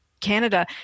Canada